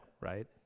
right